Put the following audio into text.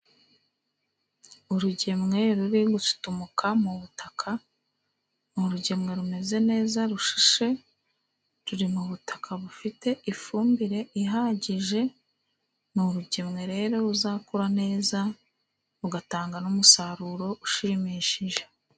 Urugemwe ruri gututumuka mu butaka, ni urugemwe rumeze neza, rushishe, ruri mu butaka bufite ifumbire ihagije, ni urugemwe rero ruzakura neza, rugatanga n'umusaruro ushimishije.